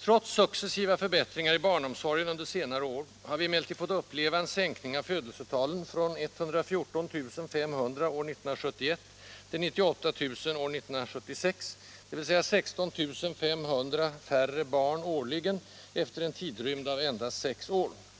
Trots successiva förbättringar i barnomsorgen under senare år har vi emellertid fått uppleva en sänkning av födelsetalen från 114 500 år 1971 till 98 000 år 1976, dvs. 16 500 färre barn årligen efter en tidrymd av endast sex år.